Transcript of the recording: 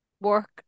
work